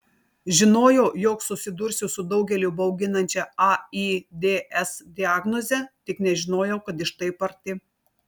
žinojau jog susidursiu su daugelį bauginančia aids diagnoze tik nežinojau kad iš taip arti